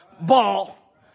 ball